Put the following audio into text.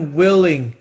willing